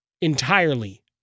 entirely